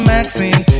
Maxine